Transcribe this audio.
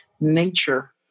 nature